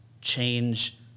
change